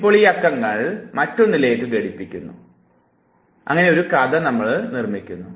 ഇപ്പോൾ ഈ അക്കങ്ങളെ മറ്റൊന്നിലേക്ക് ഘടിപ്പിച്ചുകൊണ്ട് പരിവർത്തനം ചെയ്തുകൊണ്ടൊരു കഥ നിർമ്മിക്കുക